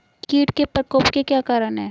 कीट के प्रकोप के क्या कारण हैं?